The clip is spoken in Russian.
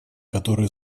которые